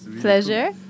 pleasure